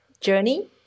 journey